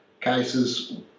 cases